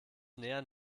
nähern